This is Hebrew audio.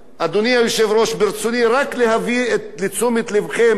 ברצוני רק להביא לתשומת לבכם שתסתכלו,